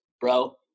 bro